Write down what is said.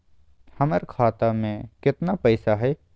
हमर खाता मे केतना पैसा हई?